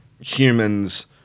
humans